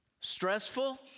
Stressful